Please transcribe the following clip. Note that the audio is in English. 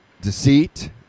deceit